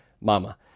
mama